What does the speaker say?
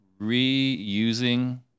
reusing